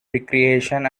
recreation